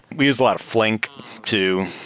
we use a lot of flink too.